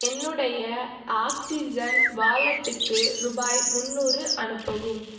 என்னுடைய ஆக்ஸிஜன் வாலெட்டுக்கு ரூபாய் முந்நூறு அனுப்பவும்